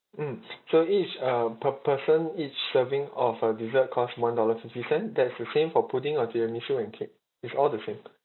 mm so each uh per person each serving of a dessert costs one dollar fifty cent that's the same for pudding or tiramisu and cake is all the same